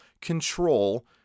control